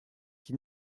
qui